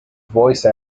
voice